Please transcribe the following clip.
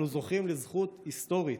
אנו זוכים לזכות היסטורית.